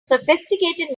sophisticated